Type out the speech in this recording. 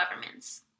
governments